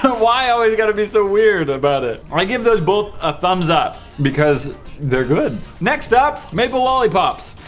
why always got to be so weird about it, i give those both a thumbs up because they're good next up maple lollipops